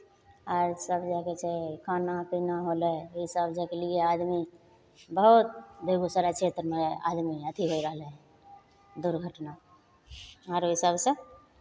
आर सभ जे की कहै छै खाना पीना होलै ई सभ जाय कऽ लिए आदमी बहुत बेगूसराय क्षेत्रमे आदमी अथी होय रहलै दुर्घटना आरो एहि सभसँ